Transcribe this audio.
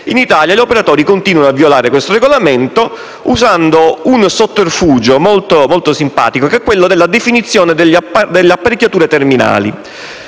in Italia gli operatori continuano a violare questo regolamento, usando un sotterfugio molto simpatico, quello della definizione delle apparecchiature terminali.